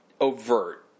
overt